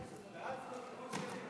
סעיף 1 נתקבל.